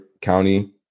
County